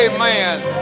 Amen